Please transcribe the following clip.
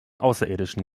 außerirdischen